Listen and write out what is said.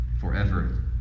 forever